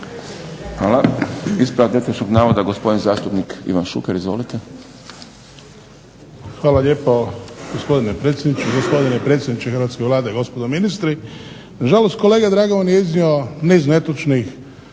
Hvala. Ispravak netočnog navoda gospodin zastupnik Ivan Šuker. Izvolite. **Šuker, Ivan (HDZ)** Hvala lijepo gospodine predsjedniče. Gospodine predsjedniče hrvatske Vlade, gospodo ministri. Nažalost kolega Dragovan je iznio niz netočnih